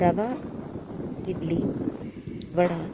रवा इड्ली वडा